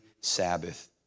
Sabbath